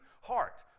heart